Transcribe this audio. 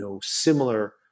similar